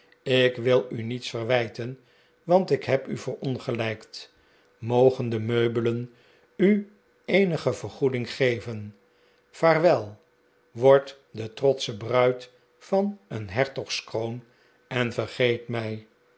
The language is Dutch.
ik wil u niets verwijten want ik heb u verongelijkt mogen de meubelen u eenige vergoeding geven vaarwel word de trotsche bruid van een hertogskroon en vergeet mij